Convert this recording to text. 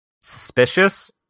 suspicious